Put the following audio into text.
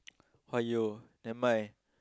!aiyo! never mind